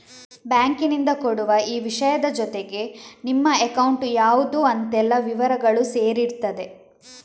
ಬ್ಯಾಂಕಿನಿಂದ ಕೊಡುವ ಈ ವಿಷಯದ ಜೊತೆಗೆ ನಿಮ್ಮ ಅಕೌಂಟ್ ಯಾವ್ದು ಅಂತೆಲ್ಲ ವಿವರಗಳೂ ಸೇರಿರ್ತದೆ